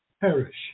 perish